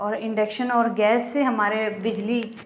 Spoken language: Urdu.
اور انڈکشن اور گیس سے ہمارے بجلی